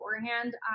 beforehand